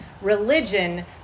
Religion